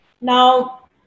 Now